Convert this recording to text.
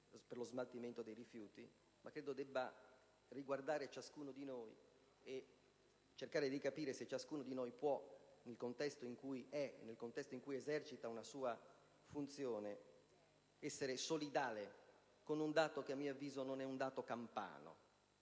per lo smaltimento dei rifiuti, ma credo debba riguardare ciascuno di noi, per cercare di capire se ciascuno di noi può, nel contesto in cui si trova e in cui esercita una sua funzione, essere solidale con un dato che, a mio avviso, non è soltanto campano.